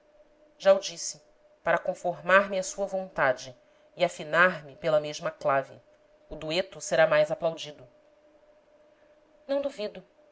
já o disse para conformar me à sua vontade e afinar me pela mesma clave o dueto será mais aplaudido não duvido